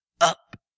Up